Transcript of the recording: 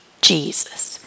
Jesus